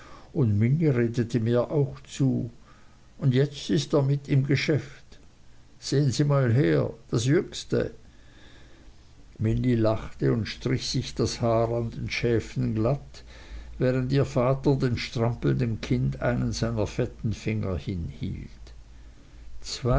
und minnie redete mir auch zu und jetzt ist er mit im geschäft sehen sie mal her das jüngste minnie lachte und strich sich das haar an den schläfen glatt während ihr vater dem strampelnden kind einen seiner fetten finger hinhielt